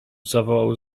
zawołał